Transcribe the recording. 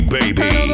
Baby